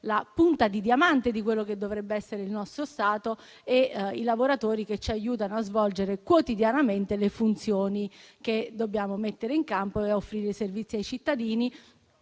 la punta di diamante di quello che dovrebbe essere il nostro Stato. Parliamo dei lavoratori che ci aiutano a svolgere quotidianamente le funzioni che dobbiamo mettere in campo e per offrire servizi ai cittadini.